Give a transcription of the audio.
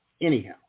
Anyhow